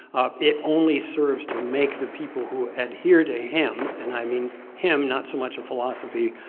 ah it only serves to make the people who adhere to him and i mean him, not so much a philosophy,